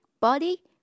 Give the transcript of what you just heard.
Body